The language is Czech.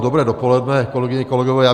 Dobré dopoledne, kolegyně, kolegové.